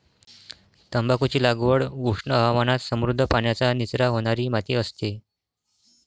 तंबाखूची लागवड उष्ण हवामानात समृद्ध, पाण्याचा निचरा होणारी माती असते